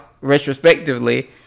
retrospectively